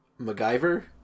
MacGyver